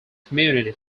community